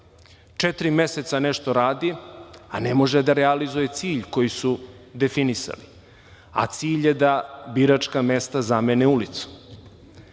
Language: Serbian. Četiri meseca nešto radi a ne može da realizuje cilj koji su definisali. A cilj je da biračka mesta zamene ulicom.